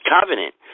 covenant